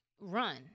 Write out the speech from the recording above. run